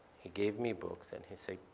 he gave me books, and he'd say,